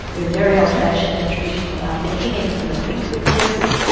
we're very old fashioned and traditional in our thinking even when we think we're progressive.